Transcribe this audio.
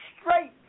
straight